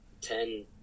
ten